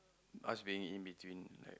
us being in between like